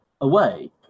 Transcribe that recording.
away